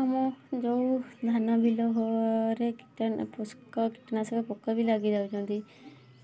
ଆମ ଯେଉଁ ଧାନ ବିଲ ରେ କୀଟନାଶକ ପୋକ ବି ଲାଗିଯାଉଛନ୍ତି